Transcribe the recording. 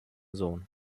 sohn